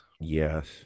Yes